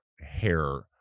hair